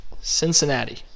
Cincinnati